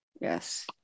Yes